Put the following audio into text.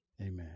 Amen